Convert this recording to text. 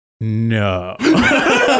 no